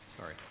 Sorry